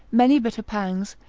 many bitter pangs,